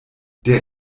der